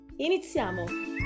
Iniziamo